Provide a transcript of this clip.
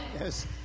Yes